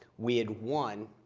we had won,